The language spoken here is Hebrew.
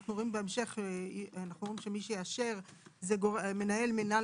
אנחנו בהמשך שמי שיאשר זה מנהל מינהל